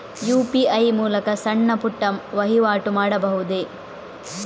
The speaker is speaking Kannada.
ಯು.ಪಿ.ಐ ಮೂಲಕ ಸಣ್ಣ ಪುಟ್ಟ ವಹಿವಾಟು ಮಾಡಬಹುದೇ?